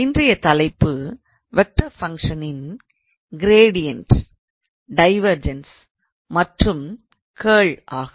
இன்றைய தலைப்பு வெக்டார் ஃபங்க்ஷனின் க்ரேடியன்ட் டைவெர்ஜன்ஸ் மற்றும் கர்ல் ஆகும்